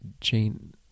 Jane